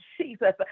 Jesus